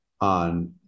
on